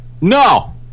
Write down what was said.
no